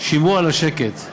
שמרו על השקט.